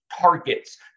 targets